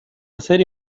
hacer